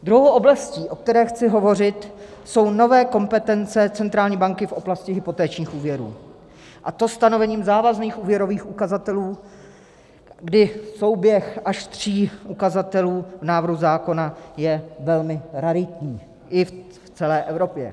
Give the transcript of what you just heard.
Druhou oblastí, o které chci hovořit, jsou nové kompetence centrální banky v oblasti hypotečních úvěrů, a to stanovením závazných úvěrových ukazatelů, kdy souběh až tří ukazatelů v návrhu zákona je velmi raritní i v celé Evropě.